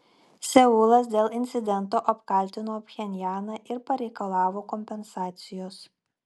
seulas dėl incidento apkaltino pchenjaną ir pareikalavo kompensacijos